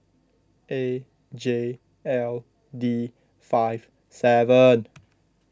A J L D five seven